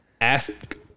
Ask